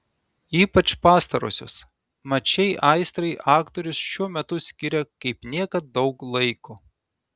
ypač pastarosios mat šiai aistrai aktorius šiuo metu skiria kaip niekad daug laiko